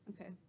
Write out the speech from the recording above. Okay